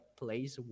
place